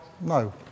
No